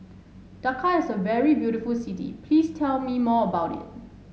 Dhaka is a very beautiful city please tell me more about it